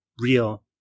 real